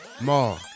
Ma